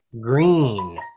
green